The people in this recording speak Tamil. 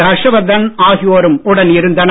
ஹர்ஷ்வர்தன் ஆகியோரும் உடன் இருந்தனர்